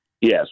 Yes